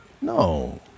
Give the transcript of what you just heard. No